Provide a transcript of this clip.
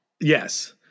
Yes